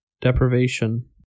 deprivation